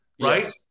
right